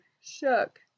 shook